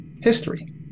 history